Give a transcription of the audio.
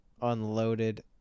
unloaded